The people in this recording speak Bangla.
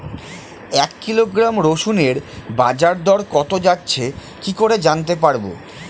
এক কিলোগ্রাম রসুনের বাজার দর কত যাচ্ছে কি করে জানতে পারবো?